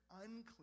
unclean